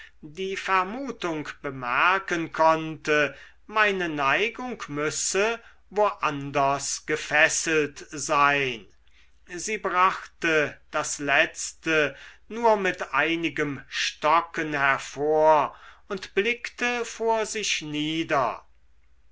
die vermutung bemerken konnte meine neigung müsse wo anders gefesselt sein sie brachte das letzte nur mit einigem stocken hervor und blickte vor sich nieder